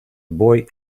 boy